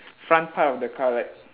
front part of the car like